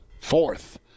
fourth